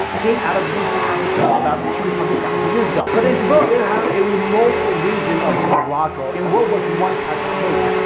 came out of east africa about two hundred thousand years ago. but in jebel irhoud a remote region of morocco in what was once a cave.